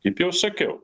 kaip jau sakiau